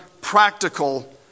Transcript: practical